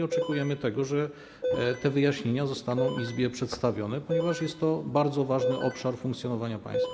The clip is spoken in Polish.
Oczekujemy tego, że te wyjaśnienia zostaną Izbie przedstawione, ponieważ jest to bardzo ważny obszar funkcjonowania państwa.